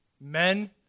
men